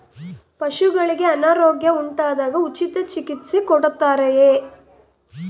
ಪಶುಗಳಿಗೆ ಅನಾರೋಗ್ಯ ಉಂಟಾದಾಗ ಉಚಿತ ಚಿಕಿತ್ಸೆ ಕೊಡುತ್ತಾರೆಯೇ?